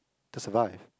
to survive